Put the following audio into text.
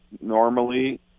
normally